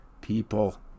People